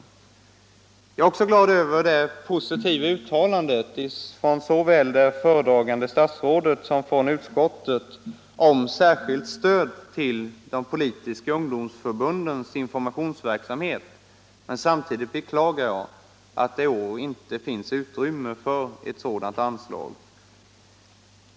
Glädjande finner jag också organisationerna det positiva uttalandet från såväl föredragande statsrådet som utskottet om särskilt stöd till de politiska ungdomsförbundens informationsverksamhet, men jag beklagar samtidigt att det i år inte finns utrymme för ett sådant anslag.